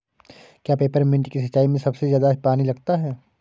क्या पेपरमिंट की सिंचाई में सबसे ज्यादा पानी लगता है?